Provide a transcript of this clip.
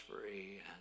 free